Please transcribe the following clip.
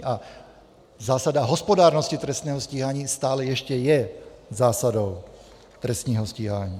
A zásada hospodárnosti trestního stíhání stále ještě je zásadou trestního stíhání.